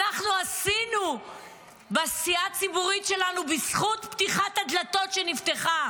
אנחנו עשינו בעשייה ציבורית שלנו בזכות פתיחת הדלתות שנפתח,.